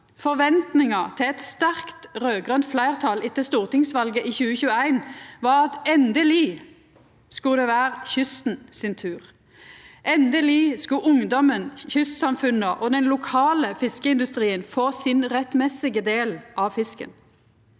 Forventninga til eit sterkt raud-grønt fleirtal etter stortingsvalet i 2021 var at det endeleg skulle vera kysten sin tur. Endeleg skulle ungdomen, kystsamfunna og den lokale fiskeindustrien få sin rettmessige del av fisken.